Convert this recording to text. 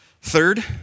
Third